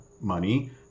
money